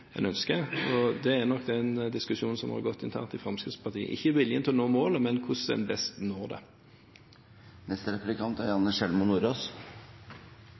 og det er nok den diskusjonen som har gått internt i Fremskrittspartiet – ikke viljen til å nå målet, men hvordan en best når det. En av de tingene som er